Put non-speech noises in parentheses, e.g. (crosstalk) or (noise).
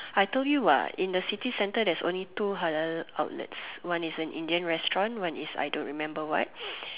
I told you what in the city center there's only two halal outlets one is an Indian restaurant one is I don't remember what (noise)